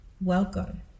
welcome